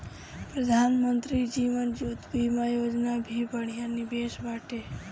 प्रधानमंत्री जीवन ज्योति बीमा योजना भी बढ़िया निवेश बाटे